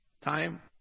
time